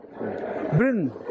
bring